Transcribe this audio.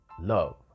Love